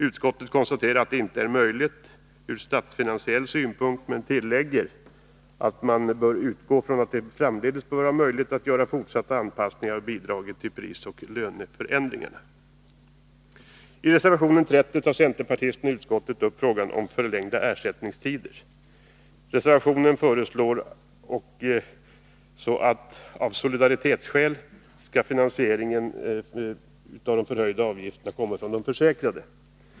Utskottet konstaterar att det inte är möjligt ur statsfinansiell synpunkt men tillägger att ”man bör utgå från att det framledes bör vara möjligt att göra fortsatta anpassningar av bidraget till prisoch löneförändringarna”. I reservation 30 tar centerpartisterna i utskottet upp frågan om förlängda ersättningstider. Reservationen föreslår att finansieringen av solidaritetsskäl skall ske med förhöjda avgifter från de försäkrade kassamedlemmarna.